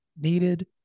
needed